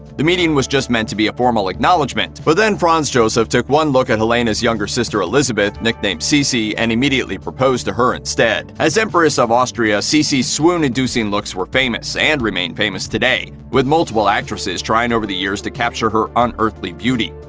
the meeting was just meant to be a formal acknowledgement, but then franz josef took one look at helene's younger sister elisabeth, nicknamed sisi, and immediately proposed to her instead. as empress of austria, sisi's swoon-inducing looks were famous, and remain famous today, with multiple actresses trying over the years to capture her unearthly beauty.